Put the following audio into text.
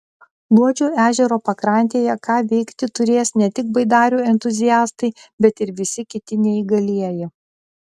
luodžio ežero pakrantėje ką veikti turės ne tik baidarių entuziastai bet ir visi kiti neįgalieji